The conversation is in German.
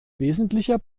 wesentlicher